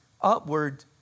upward